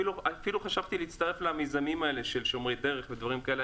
חשבתי להצטרף למיזמים של שומרי דרך ודומיהם.